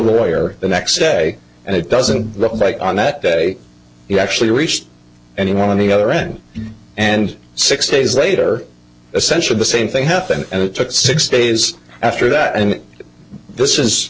lawyer the next day and it doesn't look back on that day he actually reached anyone on the other end and six days later essentially the same thing happened and it took six days after that and this is